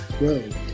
Road